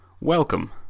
Welcome